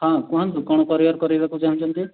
ହଁ କୁହନ୍ତୁ କ'ଣ କୋରିଅର୍ କରିବାକୁ ଚାହୁଁଛନ୍ତି